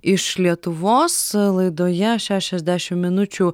iš lietuvos laidoje šešiasdešim minučių